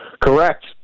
Correct